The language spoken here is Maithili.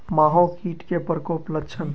माहो कीट केँ प्रकोपक लक्षण?